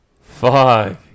Fuck